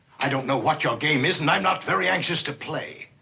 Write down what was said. i don't know what your game is, and i'm not very anxious to play.